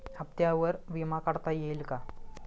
हप्त्यांवर विमा काढता येईल का?